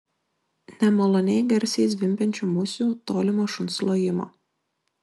nemaloniai garsiai zvimbiančių musių tolimo šuns lojimo